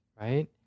Right